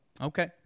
okay